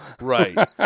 Right